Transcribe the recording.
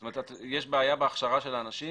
זאת אומרת יש בעיה בהכשרה של האנשים